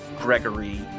Gregory